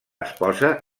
esposa